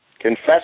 Confess